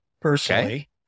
personally